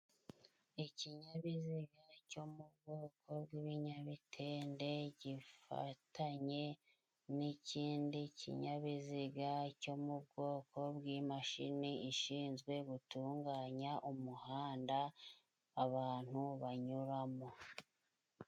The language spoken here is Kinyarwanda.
Ikinyabiziga cyo mu bwoko bw'ibinyamitende gifatanye n'ikindi kinyabiziga cyo mu bwoko bw'imashini ishinzwe gutunganya umuhanda abantu banyuramo.